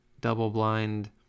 double-blind